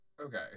okay